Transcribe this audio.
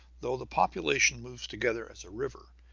though the population moves together as a river,